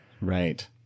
right